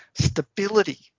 stability